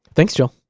thanks, jill.